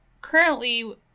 currently